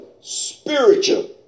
spiritual